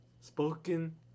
Spoken